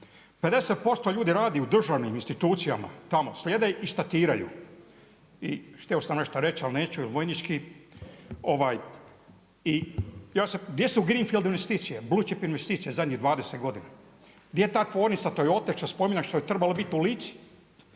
50% ljudi u državnim institucijama, tamo sjede i statiraju. I htio sam nešto reći ali neću, vojnički. Gdje su Greenfield investicije…/Govornik se ne razumije./…investicije zadnjih 20 godina? Gdje je ta tvornica Toyote što je spominjana, što je trebala biti u Lici?